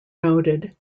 noted